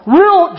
real